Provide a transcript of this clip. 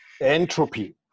entropy